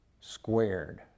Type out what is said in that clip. squared